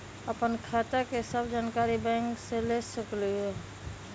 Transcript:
आपन खाता के सब जानकारी बैंक से ले सकेलु?